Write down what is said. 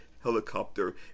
helicopter